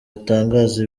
atangaza